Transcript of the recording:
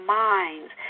minds